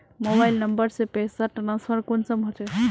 Mobile number से पैसा transfer कुंसम होचे?